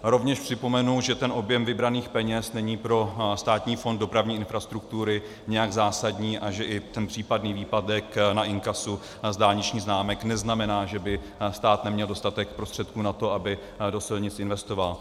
Rovněž připomenu, že ten objem vybraných peněz není pro Státní fond dopravní infrastruktury nějak zásadní a že i případný výpadek na inkasu z dálničních známek neznamená, že by stát neměl dostatek prostředků na to, aby do silnic investoval.